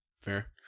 Fair